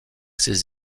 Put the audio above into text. ses